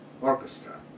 orchestra